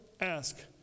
Ask